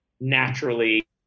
naturally